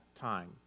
time